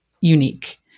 unique